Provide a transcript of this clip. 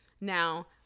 Now